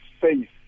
faith